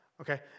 okay